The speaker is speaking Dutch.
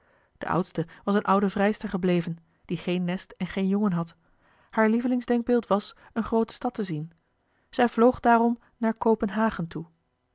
de oudste was een oude vrijster gebleven die geen nest en geen jongen had haar lievelingsdenkbeeld was een groote stad te zien zij vloog daarom naar kopenhagen toe